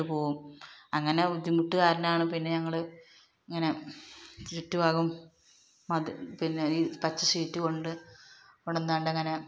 ഇട്ടു പോകും അങ്ങനെ ബുദ്ധിമുട്ട് കാരണമാണ് പിന്നെ ഞങ്ങൾ ഇങ്ങനെ ചുറ്റുഭാഗവും മതി പിന്നെ ഈ പച്ച ഷീറ്റു കൊണ്ട് കിടന്നാണ്ടിങ്ങനെ